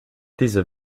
diese